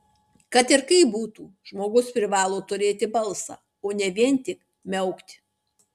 kad ir kaip būtų žmogus privalo turėti balsą o ne vien tik miaukti